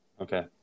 Okay